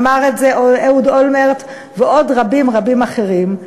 אמר את זה אהוד אולמרט ועוד רבים אחרים,